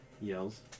yells